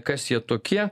kas jie tokie